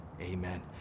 amen